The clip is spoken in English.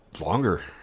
Longer